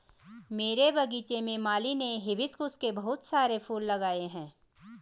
मेरे बगीचे में माली ने हिबिस्कुस के बहुत सारे फूल लगाए हैं